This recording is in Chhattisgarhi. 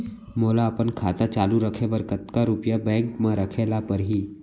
मोला अपन खाता चालू रखे बर कतका रुपिया बैंक म रखे ला परही?